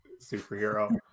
superhero